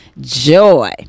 joy